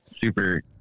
super